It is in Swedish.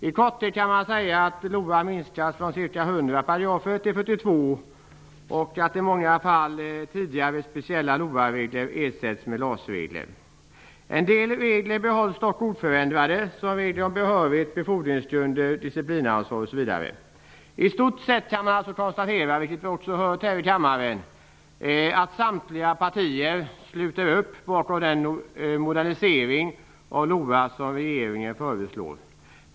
I korthet kan man säga att LOA minskas från ca 100 paragrafer till 42 och att i många fall tidigare speciella LOA-regler ersätts med regler i LAS. En del regler behålls dock oförändrade. Det gäller regler om behörighet, befordringsgrunder, disciplinansvar, osv. I stort sett kan man alltså konstatera, vilket vi också har hört här i kammaren, att samtliga partier sluter upp bakom den modernisering av LOA som regeringen föreslår.